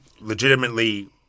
legitimately